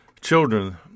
children